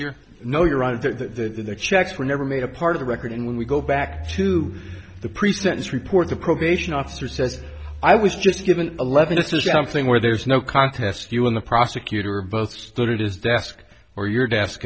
here no you're on the checks were never made a part of the record and when we go back to the pre sentence report the probation officer says i was just given eleven this is something where there's no contest you in the prosecutor both stood at his desk or your desk